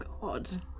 God